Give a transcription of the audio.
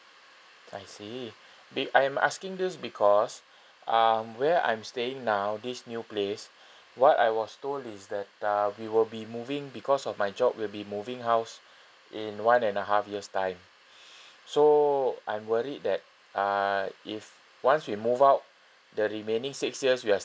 I see be~ I'm asking this because um where I'm staying now this new place what I was told is that uh we will be moving because of my job we'll be moving house in one and a half years time so I'm worried that uh if once we move out the remaining six years we are